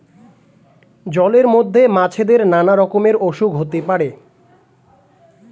জলের মধ্যে মাছেদের নানা রকমের অসুখ হতে পারে